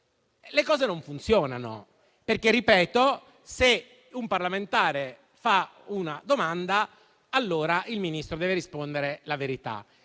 Le cose non funzionano perché se un parlamentare fa una domanda, il Ministro deve rispondere la verità;